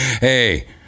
hey